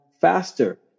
faster